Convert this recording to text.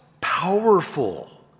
powerful